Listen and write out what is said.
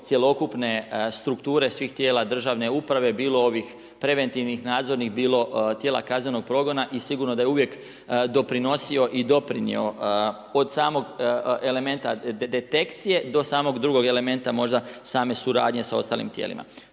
cjelokupne strukture svih tijela državne uprave, bilo ovih preventivnih nadzornih, bilo tijela kaznenog progona i sigurno je da je uvijek doprinosio i doprinjeo od samog elementa detekcije do samog drugog elementa možda same suradnje sa ostalim tijelima.